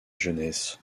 jeunesse